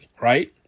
right